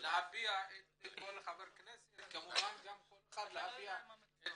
כל חבר כנסת וכל אחד יכול להביע את